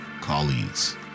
colleagues